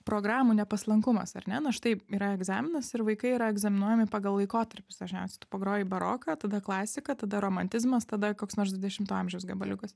programų nepaslankumas ar ne na štai yra egzaminas ir vaikai yra egzaminuojami pagal laikotarpius dažniausiai tu pagroji baroką tada klasiką tada romantizmas tada koks nors dvidešimto amžiaus gabaliukas